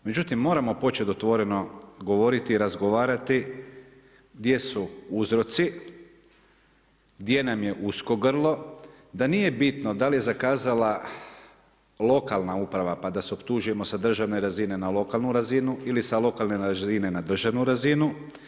Međutim, moramo početi otvoreno govoriti i razgovarati gdje su uzroci, gdje nam je usko grlo, da nije bitno da li je zakazala lokalna uprava pa da se optužujemo sa državne razine na lokalnu razinu ili sa lokalne razine na državnu razinu.